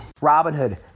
Robinhood